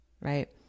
right